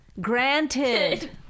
Granted